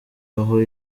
aho